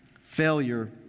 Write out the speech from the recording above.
failure